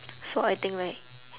so I think like